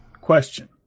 Question